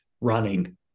running